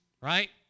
right